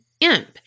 Imp